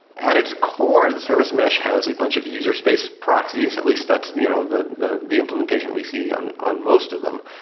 at its core, the service mesh has a bunch of user space proxies, at least that's you know the the implementation we see on on most of them.